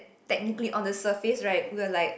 technically on the surface [right] we're like